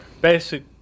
basic